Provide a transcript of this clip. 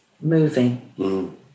moving